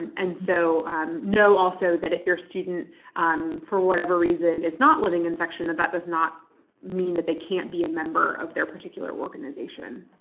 and so know also that if your student for whatever reason is not living in section, that that does not mean that they can't be a member of their particular organization.